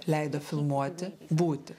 leido filmuoti būti